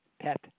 pet